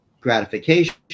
gratification